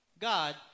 God